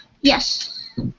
Yes